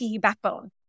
backbone